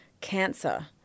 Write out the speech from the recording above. cancer